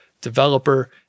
developer